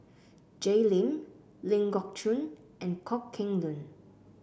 Jay Lim Ling Geok Choon and Kok Heng Leun